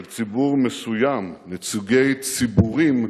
של ציבור מסוים, נציגי ציבורים,